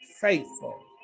faithful